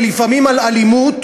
ולפעמים לאלימות,